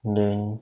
then